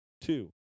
Two